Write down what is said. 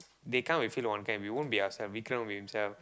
they come we feel no one care we won't be ourself Vikram will be himself